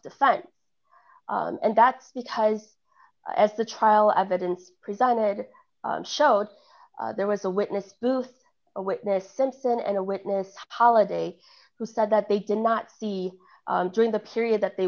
defense and that's because as the trial evidence presented shows there was a witness booth a witness since then and a witness holiday who said that they did not see during the period that they